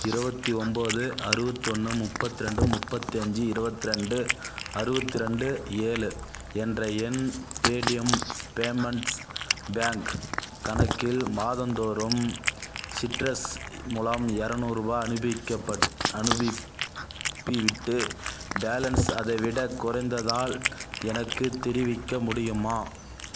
இருபத்தி ஒம்போது அறுபத்தொன்னு முப்பத்திரெண்டு முப்பத்தி அஞ்சு இருவத்திரெண்டு அறுபத்தி ரெண்டு ஏழு என்ற என் பேடிஎம் பேமெண்ட்ஸ் பேங்க் கணக்கில் மாதந்தோறும் சிட்ரஸ் மூலம் எரநூறுபா அனுப்பிவிட்டு பேலன்ஸ் அதைவிடக் குறைந்ததால் எனக்குத் தெரிவிக்க முடியுமா